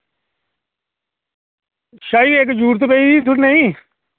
शाह् जी इक जरूरत पेई ही थोह्ड़ी नेही